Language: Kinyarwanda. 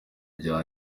rya